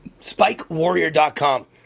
spikewarrior.com